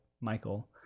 Michael